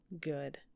good